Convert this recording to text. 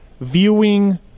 viewing